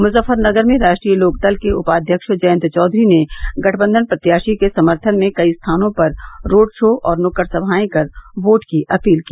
मुजफ्फरनगर में राष्ट्रीय लोकदल के उपाध्यक्ष जयन्त चौधरी ने गठबंधन प्रत्याशी के समर्थन में कई स्थानों पर रोड शो और नुक्कड़ सभायें कर वोट की अपील की